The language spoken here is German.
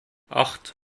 acht